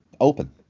open